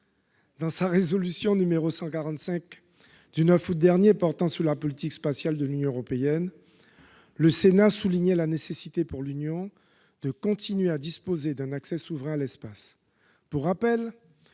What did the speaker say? Dans sa résolution du 9 août dernier sur la politique spatiale de l'Union européenne, le Sénat a souligné la nécessité pour l'Union européenne de continuer à disposer d'un accès souverain à l'espace.